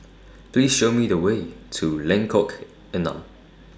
Please Show Me The Way to Lengkok Enam